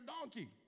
donkey